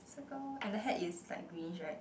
circle and the hat is light greenish right